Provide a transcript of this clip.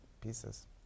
pieces